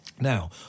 Now